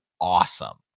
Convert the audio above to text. Awesome